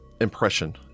impression